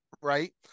right